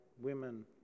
women